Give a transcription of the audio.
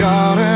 God